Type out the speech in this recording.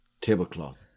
tablecloth